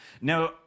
Now